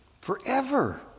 forever